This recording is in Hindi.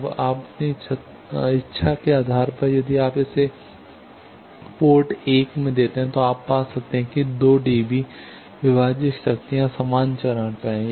अब अपनी इच्छा के आधार पर यदि आप इसे पोर्ट 1 में देते हैं तो आप पा सकते हैं कि 2 dB विभाजित शक्तियाँ समान चरण पर हैं